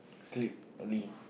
sleep early